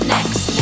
Next